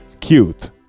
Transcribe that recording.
Cute